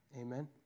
Amen